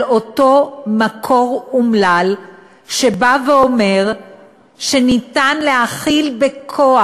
אותו מקור אומלל שבא ואומר שניתן להאכיל בכוח,